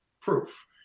proof